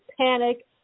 Panic